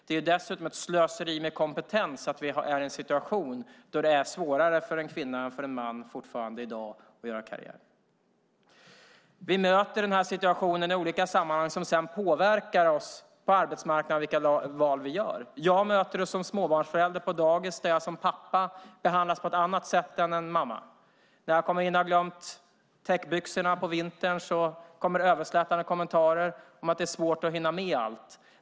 Det är dessutom ett slöseri med kompetens att vi i dag fortfarande har en situation där det är svårare för en kvinna än för en man att göra karriär. Vi möter den situationen i olika sammanhang som sedan påverkar arbetsmarknaden och de val vi gör. Jag möter det som småbarnsförälder på dagis där jag som pappa behandlas på ett annat sätt än en mamma. När jag kommer dit och har glömt täckbyxorna på vintern kommer det överslätande kommentarer om att det är svårt att hinna med allt.